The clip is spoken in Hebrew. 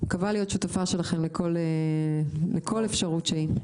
מקווה להיות שותפה שלכם לכל אפשרות שהיא.